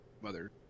mother